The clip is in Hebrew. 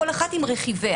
כל אחת עם רכיביה.